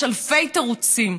יש אלפי תירוצים.